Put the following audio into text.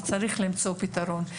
צריך למצוא פתרון,